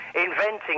inventing